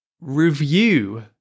review